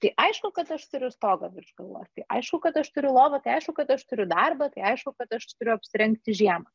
tai aišku kad aš turiu stogą virš galvos tai aišku kad aš turiu lovą tai aišku kad aš turiu darbą tai aišku kad aš turiu apsirengti žiemą